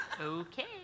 okay